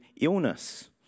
illness